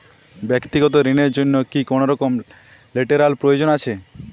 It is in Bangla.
ব্যাক্তিগত ঋণ র জন্য কি কোনরকম লেটেরাল প্রয়োজন আছে?